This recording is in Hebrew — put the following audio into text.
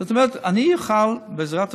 זאת אומרת, אני אוכל, בעזרת השם,